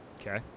Okay